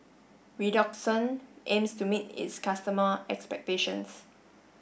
Redoxon aims to meet its customer' expectations